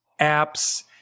apps